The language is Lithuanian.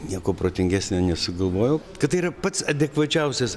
nieko protingesnio nesugalvojau kad tai yra pats adekvačiausias